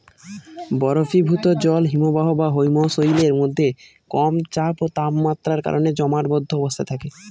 বরফীভূত জল হিমবাহ বা হিমশৈলের মধ্যে কম চাপ ও তাপমাত্রার কারণে জমাটবদ্ধ অবস্থায় থাকে